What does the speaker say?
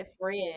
friend